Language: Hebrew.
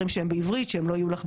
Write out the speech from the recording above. איך בדיוק זה עושה.